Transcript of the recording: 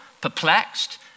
perplexed